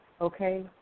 okay